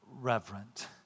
reverent